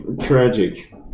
Tragic